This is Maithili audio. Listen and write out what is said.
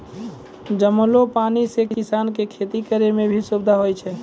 जमलो पानी से किसान के खेती करै मे भी सुबिधा होय छै